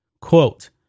quote